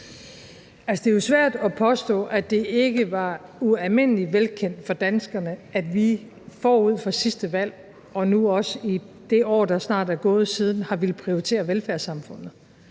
det er jo svært at påstå, at det ikke var ualmindelig velkendt for danskerne, at vi forud for sidste valg og nu også i det år, der snart er gået siden, har villet prioritere velfærdssamfundet.